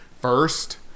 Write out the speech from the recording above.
first